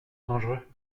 dangereux